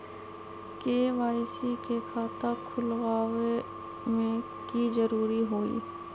KYC के खाता खुलवा में की जरूरी होई?